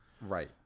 Right